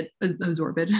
absorbed